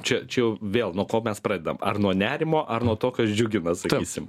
čia čia jau vėl nuo ko mes pradedam ar nuo nerimo ar nuo to kas džiugina sakysim